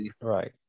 Right